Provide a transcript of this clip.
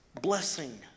blessing